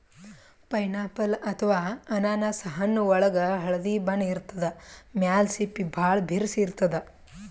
pineapple ಅಥವಾ ಅನಾನಸ್ ಹಣ್ಣ್ ಒಳ್ಗ್ ಹಳ್ದಿ ಬಣ್ಣ ಇರ್ತದ್ ಮ್ಯಾಲ್ ಸಿಪ್ಪಿ ಭಾಳ್ ಬಿರ್ಸ್ ಇರ್ತದ್